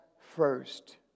first